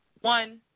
One